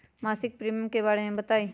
मासिक प्रीमियम के बारे मे बताई?